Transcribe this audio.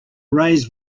raised